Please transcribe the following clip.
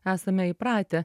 esame įpratę